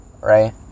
right